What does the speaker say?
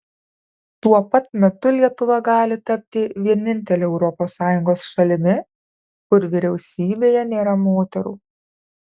tuo pat metu lietuva gali tapti vienintele europos sąjungos šalimi kur vyriausybėje nėra moterų